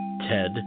Ted